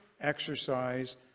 exercise